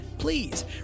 Please